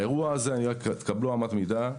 לגבי האירוע הזה, קבלו אמת מידה: